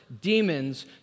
demons